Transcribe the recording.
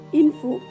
info